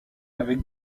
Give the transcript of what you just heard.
avec